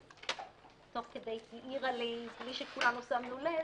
שתוך כדי העירה לי בלי שכולנו שמנו לב,